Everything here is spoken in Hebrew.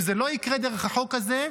אם זה לא יקרה דרך החוק הזה,